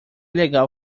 legal